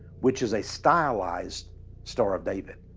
which is a stylized star of david.